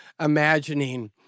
imagining